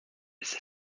ist